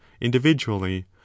individually